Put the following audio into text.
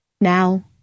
Now